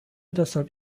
deshalb